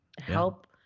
help